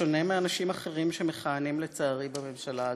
בשונה מאנשים אחרים שמכהנים, לצערי, בממשלה הזאת,